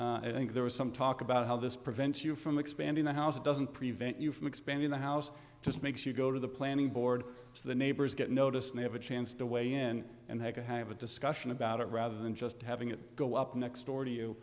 floor i think there was some talk about how this prevents you from expanding the house doesn't prevent you from expanding the house just makes you go to the planning board so the neighbors get notice and they have a chance to weigh in and they can have a discussion about it rather than just having it go up next door to you